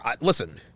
listen